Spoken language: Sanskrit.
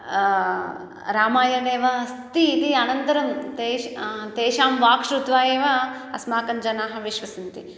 रामायने वा अस्ति इति अनन्तरं तेष् तेषां वाक् श्रुत्वा एव अस्माकं जनाः विश्वसन्ति